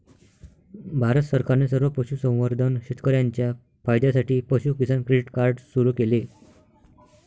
भारत सरकारने सर्व पशुसंवर्धन शेतकर्यांच्या फायद्यासाठी पशु किसान क्रेडिट कार्ड सुरू केले